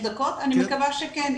אני מקווה שכן,